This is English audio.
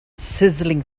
sizzling